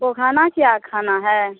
اس کو کھانا کیا کھانا ہے